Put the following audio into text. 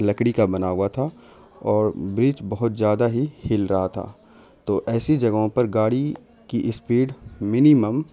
لکری کا بنا ہوا تھا اور برج بہت زیادہ ہی ہل رہا تھا تو ایسی جگہوں پر گاڑی کی اسپیڈ منیمم